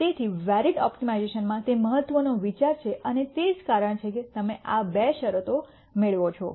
તેથી વેરીડ ઓપ્ટિમાઇઝેશનમાં તે મહત્વનો વિચાર છે અને તે જ કારણ છે કે તમે આ બે શરતો મેળવો છો